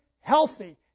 healthy